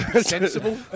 Sensible